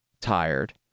tired